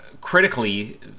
critically